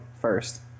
first